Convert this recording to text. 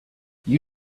you